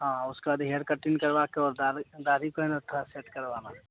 हाँ उसका भी हेयर कटिंग करवा के और दाढ़ी दाढ़ी को है ना थोड़ा सेट करवाना